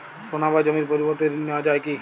সোনা বা জমির পরিবর্তে ঋণ নেওয়া যায় কী?